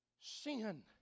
Sin